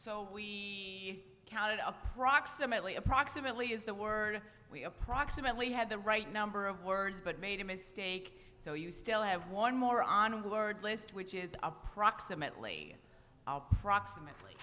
so we counted approximately approximately is the word we approximately had the right number of words but made a mistake so you still have one more on word list which is approximately proximately